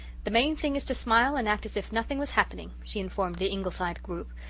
the main thing is to smile and act as if nothing was happening, she informed the ingleside group.